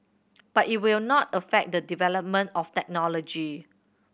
but it will not affect the development of technology